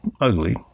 ugly